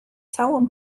całą